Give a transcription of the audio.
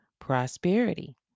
prosperity